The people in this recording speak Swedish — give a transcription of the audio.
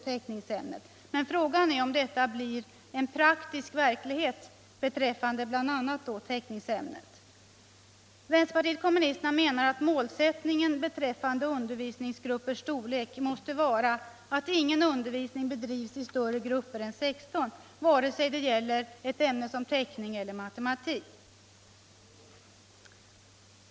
teckningsämnet, men frågan är om detta är en praktisk verklighet beträffande bl.a. just teckningsämnet. Vpk menar att målsättningen beträffande undervisningsgruppers storlek måste vara att ingen undervisning bedrivs i större grupper än med 16 elever — vare sig det gäller teckning eller matematik.